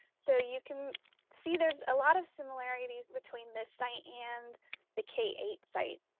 so you can see there's a lot of similarities between this site and the k eight site.